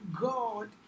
God